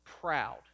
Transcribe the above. proud